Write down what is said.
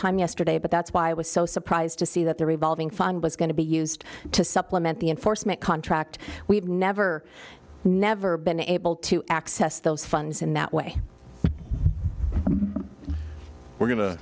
time yesterday but that's why i was so surprised to see that the revolving fund was going to be used to supplement the enforcement contract we've never never been able to access those funds in that way we're going to